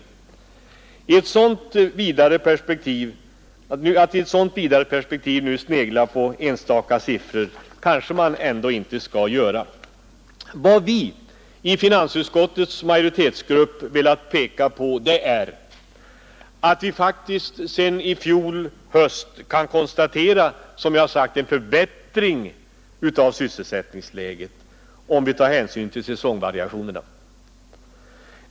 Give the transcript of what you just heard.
Att i ett sådant vidare perspektiv snegla på enstaka siffror är kanske något som man ändå inte skall göra. Vad vi i finansutskottets majoritetsgrupp har velat peka på är att vi faktiskt sedan i fjol höst kan konstatera, som jag har sagt, en förbättring av sysselsättningsläget, om vi tar hänsyn till säsongvariationerna.